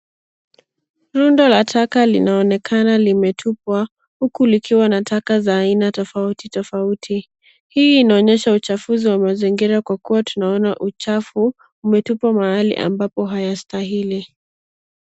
Rundo la taka linaonekana limetupwa, huku likiwa na taka za aina tofauti tofauti. Hii inaonyesha uchafuzi wa mazingira kwa kuwa tunaona uchafu umetupwa mahali ambapo hayastahili.